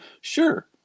sure